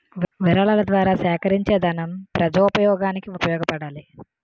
విరాళాల ద్వారా సేకరించేదనం ప్రజోపయోగానికి ఉపయోగపడాలి